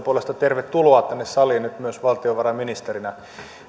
puolesta tervetuloa tänne saliin nyt myös valtiovarainministerinä